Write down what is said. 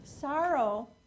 Sorrow